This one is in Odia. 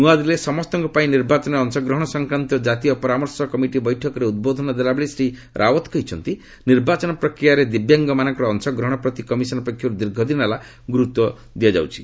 ନ୍ତଆଦିଲ୍ଲୀରେ ସମସ୍ତଙ୍କ ପାଇଁ ନିର୍ବାଚନରେ ଅଂଶଗ୍ରହଣ ସଂକ୍ରାନ୍ତୀୟ ଜାତୀୟ ପରାମର୍ଶ କମିଟି ବୈଠକରେ ଉଦ୍ବୋଧନ ଦେଲାବେଳେ ଶ୍ରୀ ରାଓ୍ୱତ୍ କହିଛନ୍ତି ନିର୍ବାଚନ ପ୍ରକ୍ରିୟାରେ ଦିବ୍ୟାଙ୍ଗମାନଙ୍କର ଅଂଶଗ୍ରହଣ ପ୍ରତି କମିଶନ୍ ପକ୍ଷରୁ ଦୀର୍ଘ ଦିନ ହେଲା ଗୁରୁତ୍ୱ ଦିଆଯାଉଛି